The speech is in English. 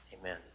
Amen